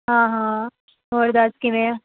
ਹਾਂ ਹਾਂ ਹੋਰ ਦੱਸ ਕਿਵੇਂ ਆਂ